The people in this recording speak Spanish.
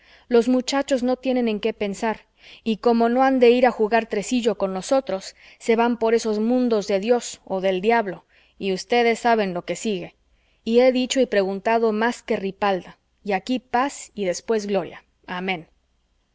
los muchachos no tienen en qué pensar y como no han de ir a jugar tresillo con nosotros se van por esos mundos de dios o del diablo y ustedes saben lo que sigue y he dicho y preguntado más que ripalda y aquí paz y después gloria amén